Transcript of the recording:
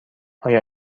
آیا